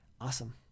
Awesome